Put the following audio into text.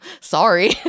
Sorry